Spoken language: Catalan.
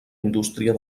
indústria